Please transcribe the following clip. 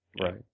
right